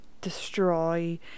destroy